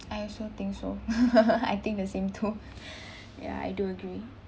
I also think so I think the same too ya I do agree